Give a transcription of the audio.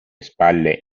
spalle